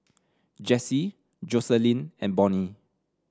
Jessie Joseline and Bonny